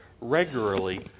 regularly